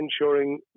ensuring